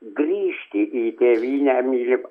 grįžti į tėvynę mylimą